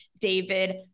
David